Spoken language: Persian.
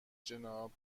جناب